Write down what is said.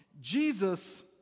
Jesus